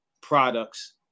products